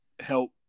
help